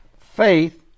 Faith